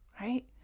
right